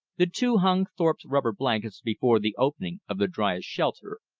the two hung thorpe's rubber blankets before the opening of the driest shelter,